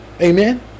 Amen